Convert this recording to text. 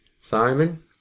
Simon